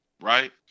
right